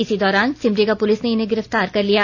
इसी दौरान सिमडेगा पुलिस ने इन्हें गिरफ़्तार कर लिया